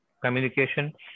communication